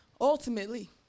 ultimately